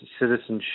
citizenship